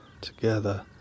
together